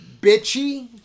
bitchy